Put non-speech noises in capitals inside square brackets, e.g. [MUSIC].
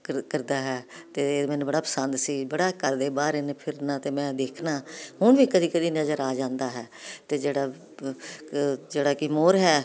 ਕਰ ਕਰਦਾ ਹੈ ਅਤੇ ਇਹ ਮੈਨੂੰ ਬੜਾ ਪਸੰਦ ਸੀ ਬੜਾ ਘਰ ਦੇ ਬਾਹਰ ਇਹਨੇ ਫਿਰਨਾ ਅਤੇ ਮੈਂ ਦੇਖਣਾ ਹੁਣ ਵੀ ਕਦੀ ਕਦੀ ਨਜ਼ਰ ਆ ਜਾਂਦਾ ਹੈ ਅਤੇ ਜਿਹੜਾ [UNINTELLIGIBLE] ਜਿਹੜਾ ਕਿ ਮੋਰ ਹੈ